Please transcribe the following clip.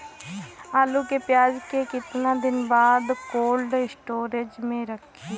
आलू के उपज के कितना दिन बाद कोल्ड स्टोरेज मे रखी?